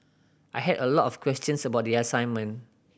I had a lot of questions about the assignment